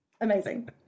Amazing